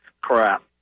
crap